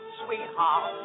sweetheart